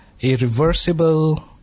irreversible